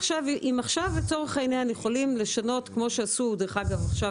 עכשיו לצורך העניין יכולים לשנות כמו שעשו עכשיו